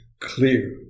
clear